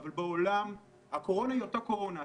הקורונה בעולם היא אותה קורונה,